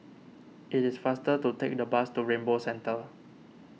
it is faster to take the bus to Rainbow Centre